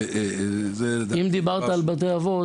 אם דיברת על בתי אבות,